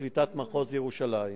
מחוז ירושלים.